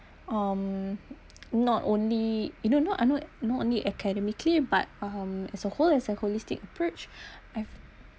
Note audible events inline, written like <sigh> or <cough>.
um not only you know not I know not only academically but um as a whole as a holistic approach <breath>